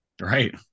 Right